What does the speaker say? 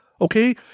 Okay